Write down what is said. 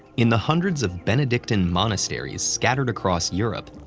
in the hundreds of benedictine monasteries scattered across europe,